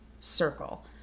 circle